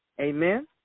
Amen